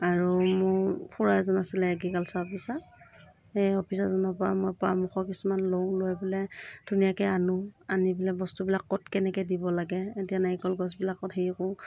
আৰু মোৰ খুৰা এজন আছিলে এগ্ৰিকালচাৰ অফিচত সেই অফিচাৰজনৰ পৰা মই পৰামৰ্শ কিছুমান লওঁ লৈ পেলাই ধুনীয়াকৈ আনো আনি পেলাই বস্তুবিলাক ক'ত কেনেকৈ দিব লাগে এতিয়া নাৰিকল গছবিলাকত হেৰি কৰোঁ